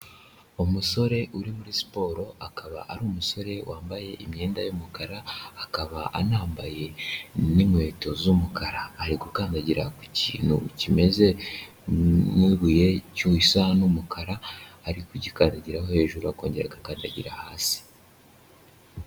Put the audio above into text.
Umusore uri muri siporo akaba ari umusore wambaye imyenda y'umukara, akaba anambaye n'inkweto z'umukara ari gukandagira ku kintu kimeze nk'ibuye gisa n'umukara, ari kugikandagiraho hejuru akongera agakandagira hasi.